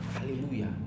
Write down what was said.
Hallelujah